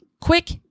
Quick